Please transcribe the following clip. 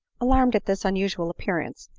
alarmed at this unusual appearance,